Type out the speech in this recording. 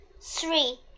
Three